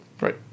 Right